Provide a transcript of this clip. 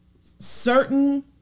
certain